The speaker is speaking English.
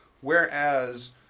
Whereas